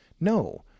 no